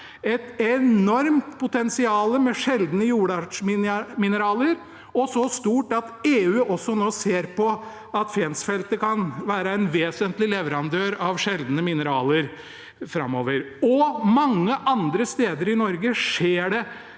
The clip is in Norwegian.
et enormt potensial med sjeldne jordartsmineraler og så stort at EU også nå ser på at Fensfeltet kan være en vesentlig leverandør av sjeldne mineraler framover. Mange andre steder i Norge skjer det